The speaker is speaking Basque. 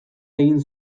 egin